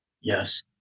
Yes